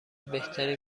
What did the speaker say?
بهترین